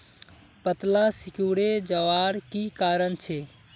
पत्ताला सिकुरे जवार की कारण छे?